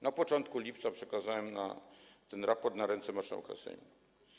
Na początku lipca przekazałem ten raport na ręce marszałka Sejmu.